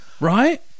Right